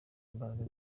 imbaraga